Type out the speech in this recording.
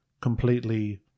completely